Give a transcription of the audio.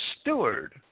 steward